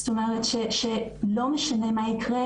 זאת אומרת, שלא משנה מה יקרה,